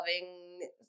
loving